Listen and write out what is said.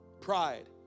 pride